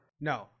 No